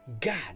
God